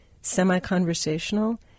semi-conversational